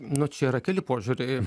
nu čia yra keli požiūriai